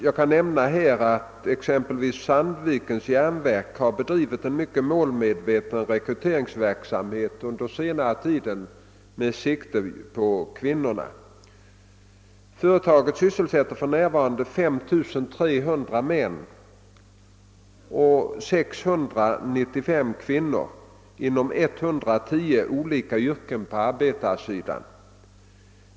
Jag kan nämna att exempelvis Sandvikens Jernverk har bedrivit en mycket målmedveten rekryteringsverksamhet under senare tid med sikte på kvinnorna. Företaget sysselsätter för närvarande på arbetarsidan 5 300 män och 695 kvinnor inom 110 olika yrken.